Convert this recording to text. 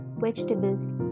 vegetables